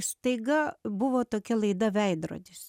staiga buvo tokia laida veidrodis